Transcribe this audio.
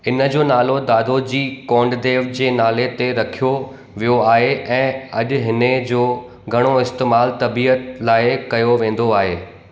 हिन जो नालो दादोजी कोंडदेव जे नाले ते रखियो वियो आहे ऐं अॼु इन्हीअ जो घणो इस्तेमालु तबियत लाइ कयो वेंदो आहे